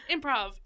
Improv